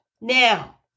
Now